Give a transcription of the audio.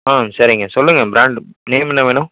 ஆ சரிங்க சொல்லுங்கள் brand name என்ன வேணும்